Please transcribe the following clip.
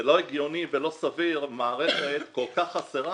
זה לא הגיוני ולא סביר שבמערכת כל כך חסרה,